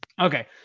okay